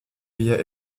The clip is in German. wir